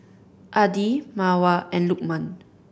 Adi Mawar and Lukman